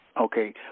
Okay